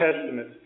Testament